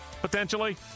potentially